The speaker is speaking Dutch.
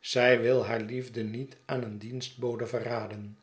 zij wil haar liefde niet aan een dienstbode verraden